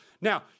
Now